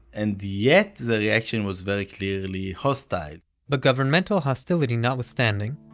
and yet, the reaction was very clearly hostile but governmental hostility notwithstanding,